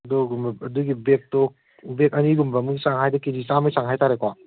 ꯑꯗꯨꯒꯨꯝꯕ ꯑꯗꯨꯒꯤ ꯕꯦꯒꯇꯣ ꯕꯦꯒ ꯑꯅꯤꯒꯨꯝꯕꯃꯨꯛ ꯆꯥꯡ ꯍꯥꯏꯗꯤ ꯀꯦ ꯖꯤ ꯆꯥꯝꯃꯒꯤ ꯆꯥꯡ ꯍꯥꯏ ꯇꯥꯔꯦꯀꯣ